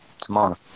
tomorrow